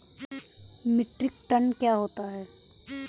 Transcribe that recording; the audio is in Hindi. मीट्रिक टन क्या होता है?